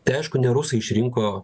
tai aišku ne rusai išrinko